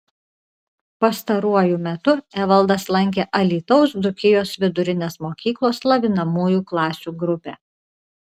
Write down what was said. pastaruoju metu evaldas lankė alytaus dzūkijos vidurinės mokyklos lavinamųjų klasių grupę